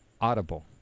audible